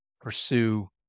pursue